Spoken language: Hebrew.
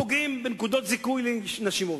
פוגעים בנקודות זיכוי לנשים עובדות,